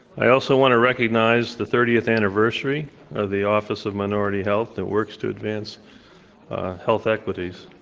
i also want to recognize the thirtieth anniversary of the office of minority health that works to advance health equities.